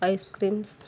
ice creams